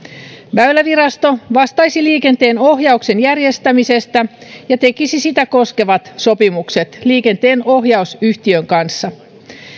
väylävirasto vastaisi liikenteenohjauksen järjestämisestä ja tekisi sitä koskevat sopimuksen liikenteen ohjausyhtiön kanssa